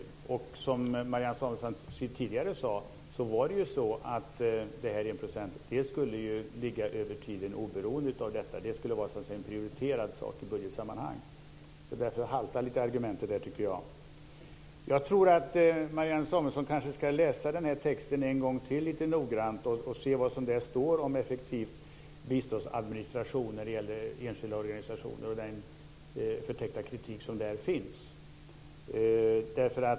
Som Marianne Samuelsson sade tidigare, skulle 1 % ligga över tiden oberoende av detta. Det skulle så att säga vara en prioriterad sak i budgetsammanhang. Därför haltar argumentet. Marianne Samuelsson kanske ska läsa texten i betänkandet en gång till mer noggrant och se vad som står där om effektiv biståndsadministration när det gäller enskilda organisationer och den förtäckta kritik som där finns.